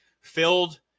filled